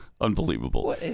Unbelievable